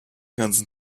ganzen